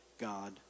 God